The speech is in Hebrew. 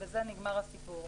ובזה נגמר הסיפור,